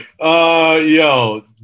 yo